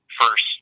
first